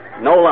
No